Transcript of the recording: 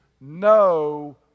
no